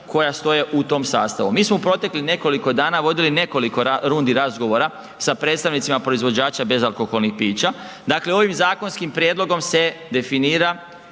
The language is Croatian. koja stoje u tom sastavu. Mi smo u proteklih nekoliko dana vodili nekoliko rundi razgovora sa predstavnicima proizvođača bezalkoholnih pića, dakle ovim zakonskim prijedlogom se definira